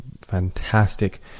fantastic